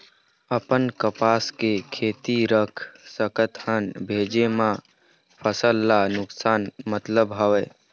अपन कपास के खेती रख सकत हन भेजे मा फसल ला नुकसान मतलब हावे?